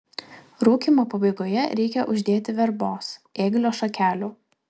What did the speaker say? rūkymo pabaigoje reikia uždėti verbos ėglio šakelių